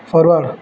forward